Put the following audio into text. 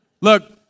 Look